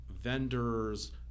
vendors